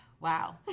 Wow